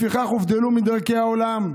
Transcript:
"לפיכך הובדלו מדרכי העולם,